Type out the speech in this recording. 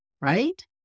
right